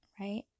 right